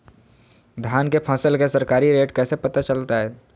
धान के फसल के सरकारी रेट कैसे पता चलताय?